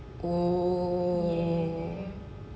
oh